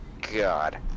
God